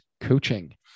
coaching